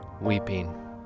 weeping